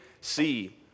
see